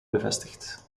bevestigd